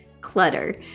clutter